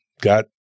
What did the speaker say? got –